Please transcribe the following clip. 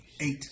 Eight